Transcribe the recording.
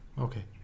Okay